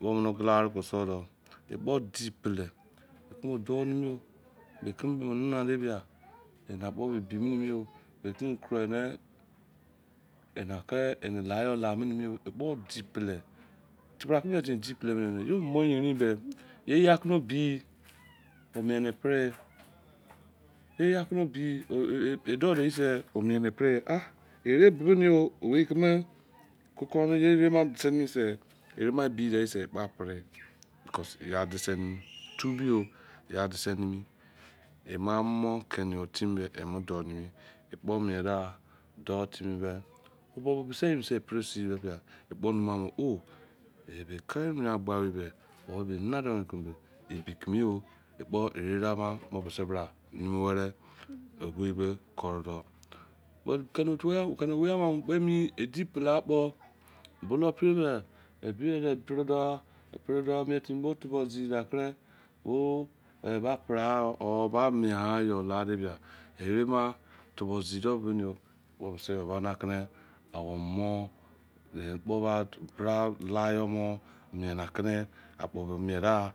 oguta wareke suodee ikpo dipele iyore ere emutare emi baa ikpo miedenke arearou imoman kenewene mo mo yorke irapume daude idode gese ikpo mien deapree akpoo nimi atare emi mekeme epime nana don edode ye semina apree enenadon meneke ebikeyoo kene owei ama mukpemi idipellaakpo ebiye ikpredoa meintimeen araee oubuzi uba pregha eba mieno erema tubu zidedoneyoo